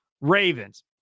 Ravens